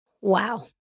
Wow